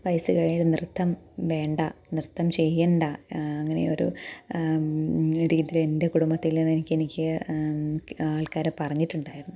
വയസ്സ് കഴിഞ്ഞ് നൃത്തം വേണ്ട നൃത്തം ചെയ്യേണ്ട അങ്ങനെയൊരു രീതിയിൽ എന്റെ കുടുംബത്തില് നിന്ന് എനിക്ക് എനിക്ക് ആള്ക്കാർ പറഞ്ഞിട്ടുണ്ടായിരുന്നു